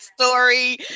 story